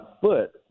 foot